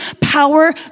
power